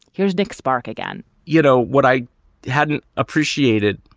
here's nick spark again you know what i hadn't appreciated?